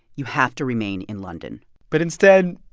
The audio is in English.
you have to remain in london but instead,